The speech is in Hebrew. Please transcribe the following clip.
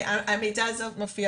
המידע הזה מופיע